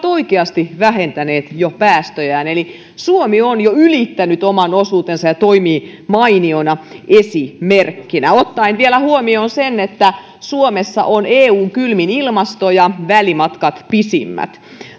oikeasti jo vähentäneet päästöjään eli suomi on jo ylittänyt oman osuutensa ja toimii mainiona esimerkkinä ottaen vielä huomioon sen että suomessa on eun kylmin ilmasto ja välimatkat pisimmät